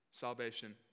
salvation